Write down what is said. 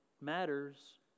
matters